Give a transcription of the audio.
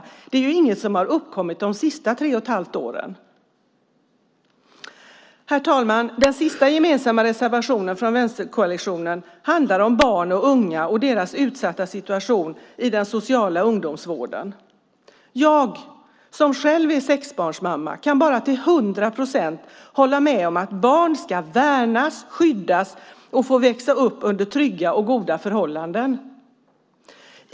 Detta är ju inget som har uppkommit de senaste tre och ett halvt åren. Herr talman! Den tredje gemensamma reservationen från vänsterkoalitionen handlar om barn och unga och deras utsatta situation i den sociala ungdomsvården. Jag, som själv är sexbarnsmamma, kan bara till hundra procent hålla med om att barn ska värnas, skyddas och få växa upp under trygga och goda förhållanden.